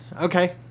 okay